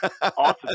awesome